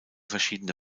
verschiedene